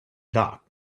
dock